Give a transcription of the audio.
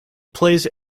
plays